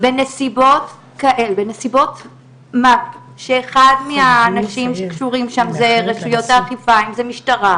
בנסיבות מוות שאחד מהאנשים שקשורים שם זה רשויות האכיפה אם זה המשטרה,